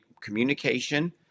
communication